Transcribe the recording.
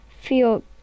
feel